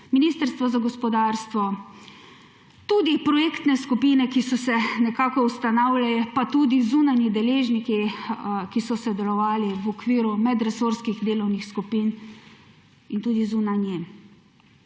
Ministrstvo za gospodarstvo, tudi projektne skupine, ki so se nekako ustanavljale in pa tudi zunanji deležniki, ki so sodelovali v okviru medresorskih delovnih skupin in tudi zunaj nje.